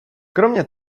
kromě